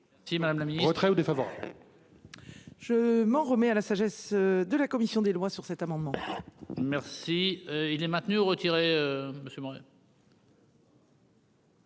si Madame Laberge retrait ou défavorables. Je m'en remets à la sagesse de la commission des lois sur cet amendement. Merci. Il est maintenu ou retiré parce que